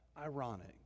ironic